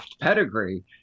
pedigree